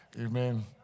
Amen